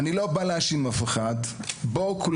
אני לא בא להאשים אף אחד אלא רק מבקש